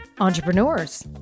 Entrepreneurs